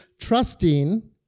trusting